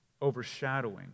overshadowing